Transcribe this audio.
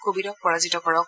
কোৱিডক পৰাজিত কৰক